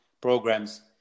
programs